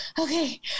okay